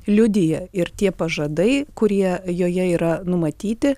liudija ir tie pažadai kurie joje yra numatyti